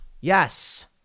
Yes